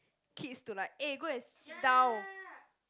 kids to like eh go and sit down